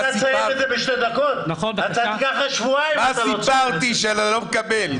מה סיפרתי שאתה לא מקבל?